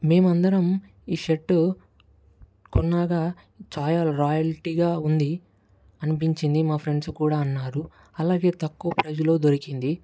మేమందరం ఈ షర్ట్ కొన్నాక చాలా రాయల్టీగా ఉంది అనిపించింది మా ఫ్రెండ్స్ కూడా అన్నారు అలాగే తక్కువ ప్రైజ్లో దొరికింది